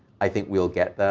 i think we'll get there.